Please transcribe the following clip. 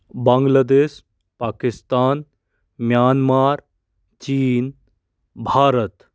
Bangladesh Pakistan Myanmar चीन भारत